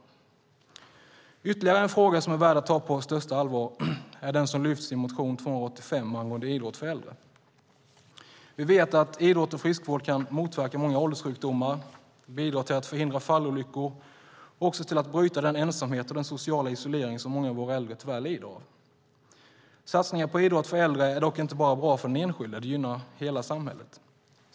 Ytterligare en fråga som är värd att ta på största allvar är den som lyfts fram i motion 285 angående idrott för äldre. Vi vet att idrott och friskvård kan motverka många ålderssjukdomar, bidra till att förhindra fallolyckor och också bidra till att bryta den ensamhet och sociala isolering som många av våra äldre tyvärr lider av. Satsningar på idrott för äldre är dock inte bara bra för den enskilde. Det gynnar hela samhället.